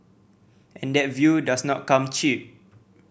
and that view does not come cheap